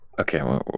Okay